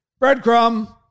breadcrumb